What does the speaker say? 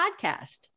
Podcast